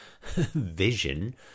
vision